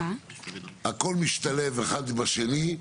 הכול משתלב אחד בשני.